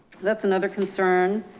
that's another concern.